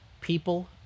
people